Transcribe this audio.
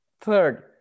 third